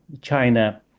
China